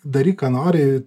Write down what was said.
daryk ką nori